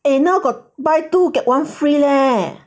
eh now got buy two get one free leh